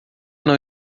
não